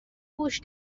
گوش